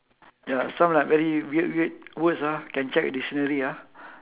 ya some like very weird weird words ah can check the dictionary ah